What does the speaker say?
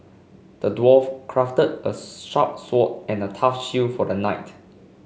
the dwarf crafted a sharp sword and a tough shield for the knight